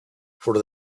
for